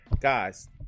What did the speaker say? guys